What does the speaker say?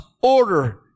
order